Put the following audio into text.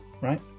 right